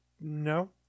No